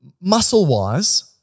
muscle-wise